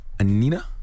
Anina